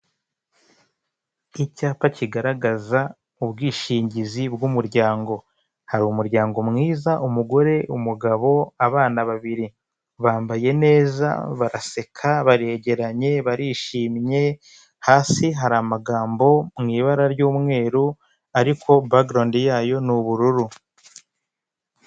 Icyapa kigaragaza ubwishingizi bw'umuryango. Hari umuryango mwiza, umugore, umugabo abana babiri. Bambaye neza, baraseka, baregeranye, barishimye, hasi hari amagambo mu ibara ry'umweru ariko bagarawundi yayo ni ubururu.